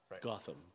Gotham